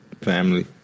family